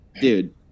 Dude